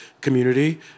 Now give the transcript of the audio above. community